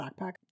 backpack